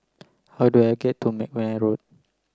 how do I get to McNair Road